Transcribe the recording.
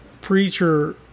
Preacher